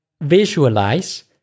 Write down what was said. visualize